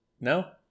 no